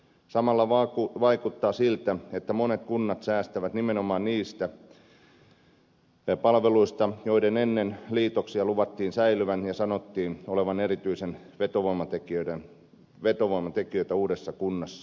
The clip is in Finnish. samalla vaikuttaa siltä että monet kunnat säästävät nimenomaan niistä palveluista joiden ennen liitoksia luvattiin säilyvän ja sanottiin olevan erityisiä vetovoimatekijöitä uudessa kunnassa